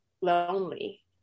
lonely